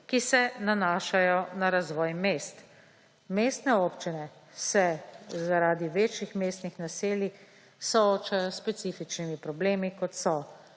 ki se nanašajo na razvoj mest. Mestne občine se zaradi večjih mestnih naselij soočajo s specifičnimi problemi, kot so